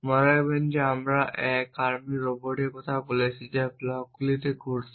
মনে রাখবেন আমরা 1 আর্ম রোবটের কথা বলছি যা ব্লকগুলিকে ঘুরছে